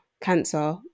cancer